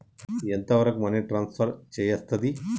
ఎంత వరకు money transfer చేయస్తది?